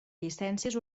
llicències